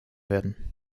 werden